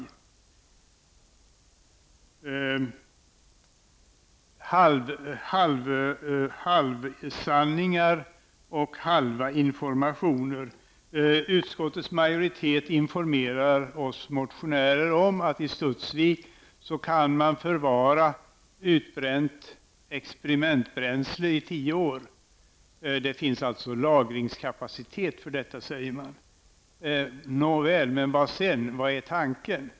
Det förekommer också halvsanningar och halva informationer. Utskottets majoritet informerar oss motionärer om att i Studsvik kan man förvara utbränt experimentbränsle i tio år. Det finns lagringskapacitet för detta, säger man. Nåväl, men vad sedan? Vad är tanken?